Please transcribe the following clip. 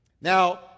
Now